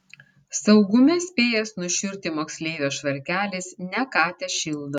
saugume spėjęs nušiurti moksleivio švarkelis ne ką tešildo